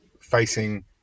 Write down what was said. facing